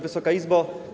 Wysoka Izbo!